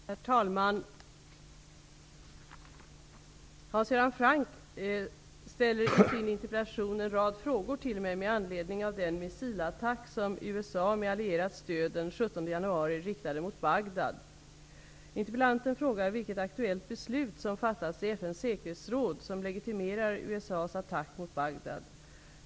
Herr talman! Hans Göran Franck ställer i sin interpellation en rad frågor till mig med anledning av den missilattack som USA med allierat stöd den Interpellanten frågar vilket aktuellt beslut som fattats i FN:s säkerhetsråd som legitimerar USA:s attack mot Bagdad.